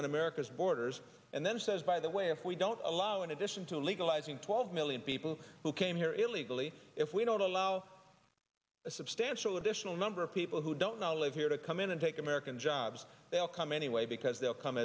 on america's borders and then says by the way if we don't allow in addition to legalizing twelve million people who came here illegally if we don't allow a substantial additional number of people who don't live here to come in and take american jobs they'll come anyway because they'll come